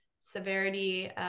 severity